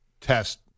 test